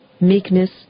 meekness